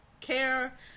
care